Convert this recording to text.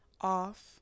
off